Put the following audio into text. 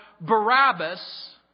Barabbas